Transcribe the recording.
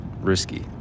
risky